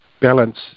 balance